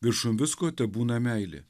viršum visko tebūna meilė